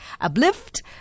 uplift